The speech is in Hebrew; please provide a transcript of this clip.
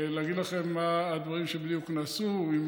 להגיד לכם מה הדברים שנעשו בדיוק,